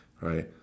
right